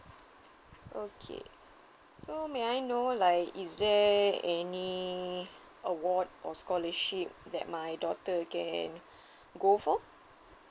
okay so may I know like is there any award or scholarship that my daughter can go for